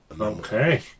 Okay